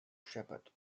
shepherd